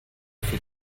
für